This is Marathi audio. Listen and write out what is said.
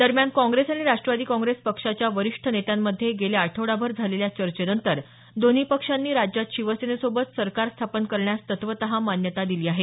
दरम्यान काँग्रेस आणि राष्ट्रवादी काँग्रेस पक्षांच्या वरीष्ठ नेत्यांमध्ये गेल्या आठवडाभर झालेल्या चर्चेनंतर दोन्ही पक्षांनी राज्यात शिवसेनेसोबत सरकार स्थापन करण्यास तत्त्वतः मान्यता दिली आहे